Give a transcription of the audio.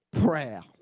prayer